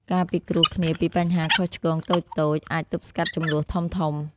ការពិគ្រោះគ្នាពីបញ្ហាខុសឆ្គងតូចៗអាចទប់ស្កាត់ជម្លោះធំៗ។